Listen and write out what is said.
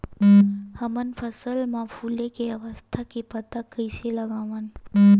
हमन फसल मा फुले के अवस्था के पता कइसे लगावन?